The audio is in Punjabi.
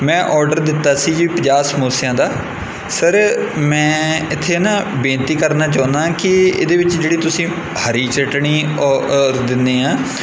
ਮੈਂ ਔਡਰ ਦਿੱਤਾ ਸੀ ਜੀ ਪੰਜਾਹ ਸਮੋਸਿਆਂ ਦਾ ਸਰ ਮੈਂ ਇੱਥੇ ਨਾ ਬੇਨਤੀ ਕਰਨਾ ਚਾਹੁੰਦਾ ਕਿ ਇਹਦੇ ਵਿੱਚ ਜਿਹੜੀ ਤੁਸੀਂ ਹਰੀ ਚਟਨੀ ਔ ਅ ਦਿੰਦੇ ਆ